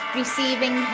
receiving